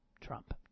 Trump